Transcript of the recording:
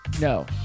No